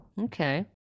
Okay